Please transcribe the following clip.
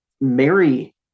Mary